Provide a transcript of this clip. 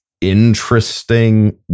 interesting